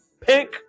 pink